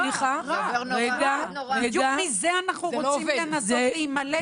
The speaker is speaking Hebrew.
בדיוק מזה אנחנו רוצים לנסות להימלט.